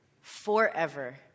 forever